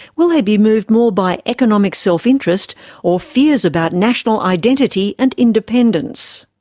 will they be moved more by economic self-interest or fears about national identity and independence?